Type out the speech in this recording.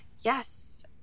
Yes